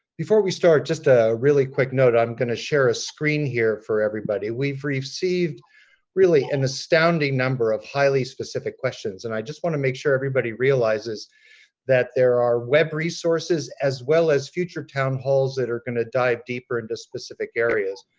before we start, just a really quick note. i'm going to share a screen here for everybody. we've received really an astounding number of highly specific questions, and i just want to make sure everybody realizes that there are web resources as well as future town halls that are going to dive deeper into specific areas.